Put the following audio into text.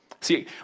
See